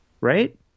Right